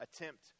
attempt